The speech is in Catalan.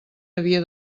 havia